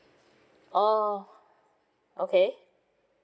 oh okay